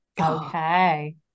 okay